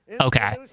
Okay